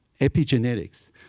epigenetics